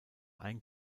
ein